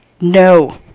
No